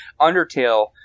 Undertale